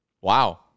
Wow